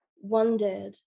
wondered